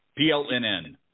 PLNN